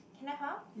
can I !huh!